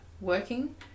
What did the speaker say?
working